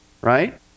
Right